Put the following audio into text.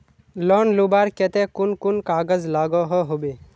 Loan लुबार केते कुन कुन कागज लागोहो होबे?